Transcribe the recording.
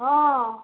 हँ